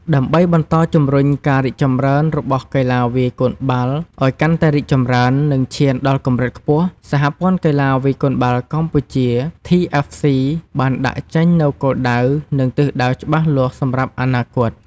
ដើម្បីបន្តជំរុញការរីកចម្រើនរបស់កីឡាវាយកូនបាល់ឱ្យកាន់តែរីកចម្រើន និងឈានដល់កម្រិតខ្ពស់ សហព័ន្ធកីឡាវាយកូនបាល់កម្ពុជា TFC បានដាក់ចេញនូវគោលដៅ និងទិសដៅច្បាស់លាស់សម្រាប់អនាគត។